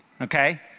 okay